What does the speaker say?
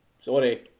Sorry